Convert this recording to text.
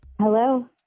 Hello